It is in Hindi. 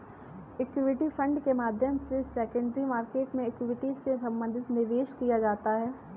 इक्विटी फण्ड के माध्यम से सेकेंडरी मार्केट में इक्विटी से संबंधित निवेश किया जाता है